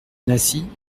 nasie